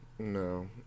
No